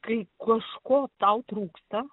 kai kažko tau trūksta